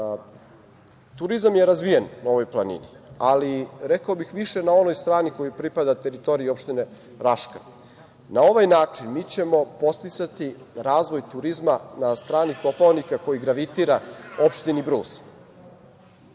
turizam je razvijen na ovoj planini, ali rekao bih više na onoj strani koja pripada teritoriji opštine Raška. Na ovaj način mi ćemo podsticati razvoj turizma na strani Kopaonika koji gravitira opštini Brus. Bio